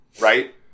right